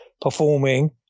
performing